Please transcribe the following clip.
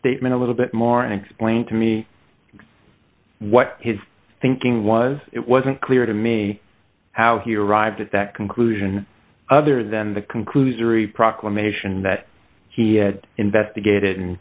statement a little bit more an explainer to me what his thinking was it wasn't clear to me how he arrived at that conclusion other than the conclusory proclamation that he had investigated and